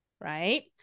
Right